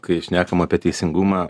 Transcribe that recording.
kai šnekam apie teisingumą